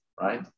right